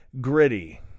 gritty